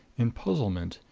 in puzzlement,